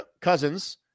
Cousins